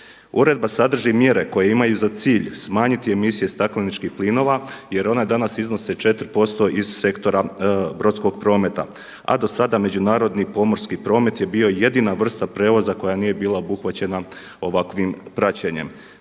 Uredba sadrži mjere koje imaju za cilj smanjiti emisije stakleničkih plinova jer ona danas iznose 4% iz sektora brodskog prometa, a do sada međunarodni pomorski promet je bio jedina vrsta prijevoza koja nije bila obuhvaćena ovakvim praćenjem.